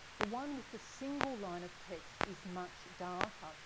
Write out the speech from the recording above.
the one with the single line of text is much darker.